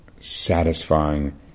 satisfying